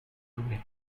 jouer